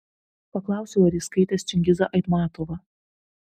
paklausiau ar jis skaitęs čingizą aitmatovą